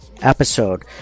Episode